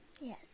Yes